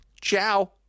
Ciao